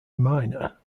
minor